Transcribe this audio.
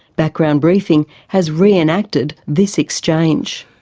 background briefing has re-enacted this exchange.